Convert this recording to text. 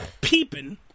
Peeping